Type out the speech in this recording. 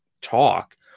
talk